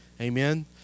Amen